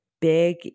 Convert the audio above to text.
big